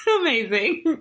Amazing